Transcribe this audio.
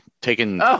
taking